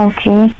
Okay